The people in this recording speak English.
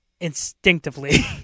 instinctively